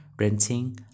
renting